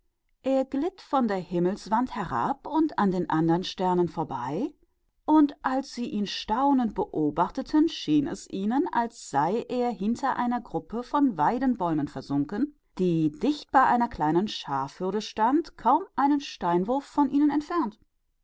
er glitt seitlich am himmel herab an den anderen sternen vorbei in seinem lauf und als sie ihm verwundert mit den augen folgten schien es ihnen als sänke er hinter einem gebüsch von weidenbäumen zu boden das dicht bei einer kleinen schafhürde stand nicht mehr als einen steinwurf von ihnen entfernt